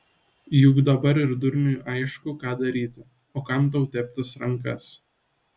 juk dabar ir durniui aišku ką daryti o kam tau teptis rankas